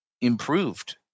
improved